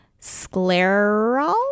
scleral